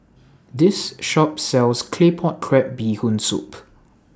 This Shop sells Claypot Crab Bee Hoon Soup